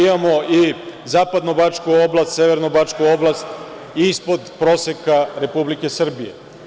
Imamo i zapadnobačku oblast, severnobačku oblast ispod proseka Republike Srbije.